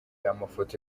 amafoto